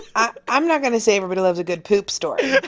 i'm not going to say everybody loves a good poop story.